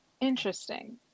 interesting